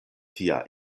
tia